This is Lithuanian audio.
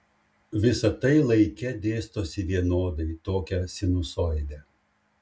visa tai laike dėstosi vienodai tokia sinusoide